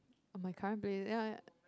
my current place then ya